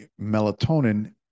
melatonin